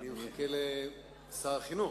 אני מחכה לשר החינוך.